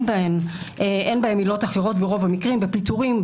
בהם עילות אחרות ברוב המקרים: בפיטורים,